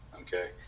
okay